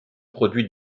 produit